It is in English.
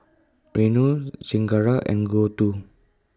Renu Chengara and Gouthu